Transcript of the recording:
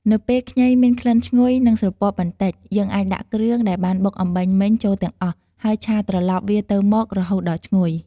នៅពេលខ្ញីមានក្លិនឈ្ញុយ និងស្រពាប់បន្តិច យើងអាចដាក់គ្រឿងដែលបានបុកអំបាញ់មិញចូលទាំងអស់ ហើយឆាត្រឡប់វាទៅមក រហូតដល់ឈ្ងុយ។